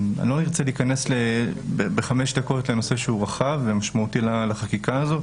לא נרצה להיכנס בחמש דקות לנושא שהוא רחב ומשמעותי לחקיקה הזאת.